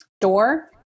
door